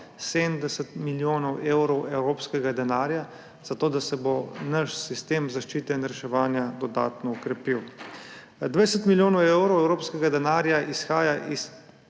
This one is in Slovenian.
70 milijonov evrov evropskega denarja za to, da se bo naš sistem zaščite in reševanja dodatno okrepil. 20 milijonov evrov evropskega denarja izhaja iz